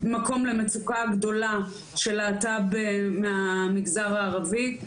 מקום למצוקה הגדולה של להט״ב מהמגזר הערבי.